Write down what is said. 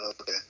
okay